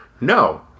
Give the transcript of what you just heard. no